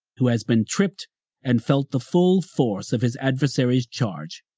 who has been tripped and felt the full force of his adversary's charge,